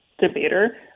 debater